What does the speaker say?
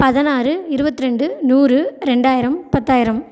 பதினாறு இருபத்ரெண்டு நூறு ரெண்டாயிரம் பத்தாயிரம்